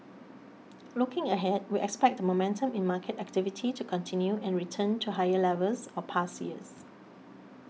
looking ahead we expect the momentum in market activity to continue and return to higher levels of past years